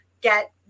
get